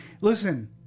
Listen